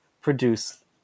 produce